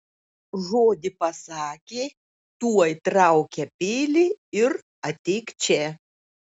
žodį pasakė tuoj traukia peilį ir ateik čia